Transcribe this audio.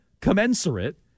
commensurate